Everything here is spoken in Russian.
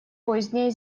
позднее